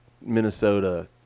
Minnesota